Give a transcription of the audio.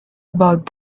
about